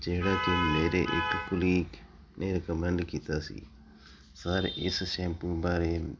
ਜਿਹੜਾ ਕਿ ਮੇਰੇ ਇੱਕ ਕੁਲੀਗ ਨੇ ਰਕਮੈਂਡ ਕੀਤਾ ਸੀ ਸਰ ਇਸ ਸੈਂਪੂ ਬਾਰੇ